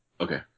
Okay